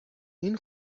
این